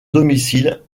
domicile